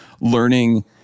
Learning